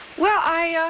well, i. ah